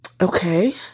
okay